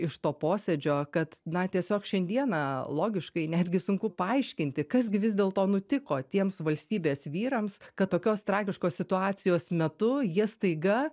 iš to posėdžio kad na tiesiog šiandieną logiškai netgi sunku paaiškinti kas gi vis dėlto nutiko tiems valstybės vyrams kad tokios tragiškos situacijos metu jie staiga